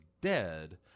dead